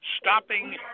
stopping